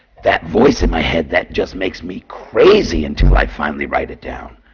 that voice in my head that just makes me crazy until i finally write it down.